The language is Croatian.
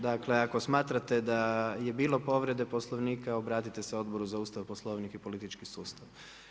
Dakle, ako smatrate da je bilo povrede Poslovnika, obratite se Odboru za Ustav, Poslovnik i politički sustav.